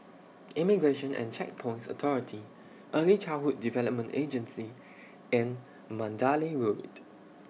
Immigration and Checkpoints Authority Early Childhood Development Agency and Mandalay Road